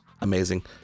Amazing